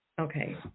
Okay